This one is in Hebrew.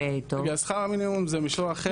שכר המינימום זה מישור אחר.